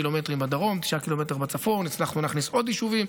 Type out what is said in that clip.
ק"מ בדרום ו-9 ק"מ מצפון הצלחנו להכניס עוד יישובים